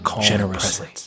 generously